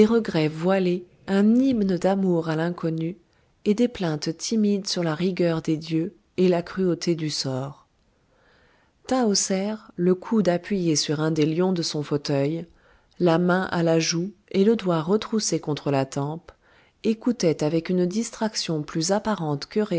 regrets voilés un hymne d'amour à l'inconnu et des plaintes timides sur la rigueur des dieux et la cruauté du sort tahoser le coude appuyé sur un des lions de son fauteuil la main à la joue et le doigt retroussé contre la tempe écoutait avec une distraction plus apparente que